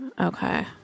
Okay